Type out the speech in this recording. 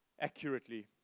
accurately